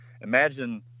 imagine